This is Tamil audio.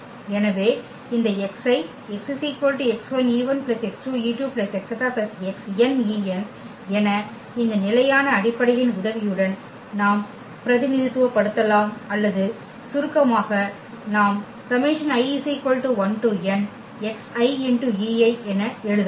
எனவே இந்த x ஐ x x1e1 x2e2 ⋯ xnen என இந்த நிலையான அடிப்படையின் உதவியுடன் நாம் பிரதிநிதித்துவப்படுத்தலாம் அல்லது சுருக்கமாக நாம் என எழுதலாம்